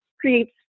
Creates